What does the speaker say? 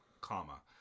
comma